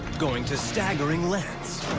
going to staggering lengths,